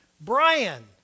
Brian